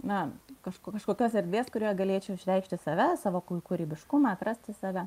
na kažko kažkokios erdvės kurioje galėčiau išreikšti save savo kūrybiškumą atrasti save